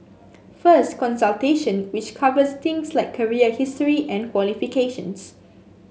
first consultation which covers things like career history and qualifications